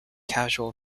casual